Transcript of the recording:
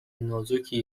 نازکی